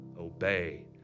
obey